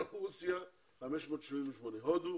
רוסיה 578, הודו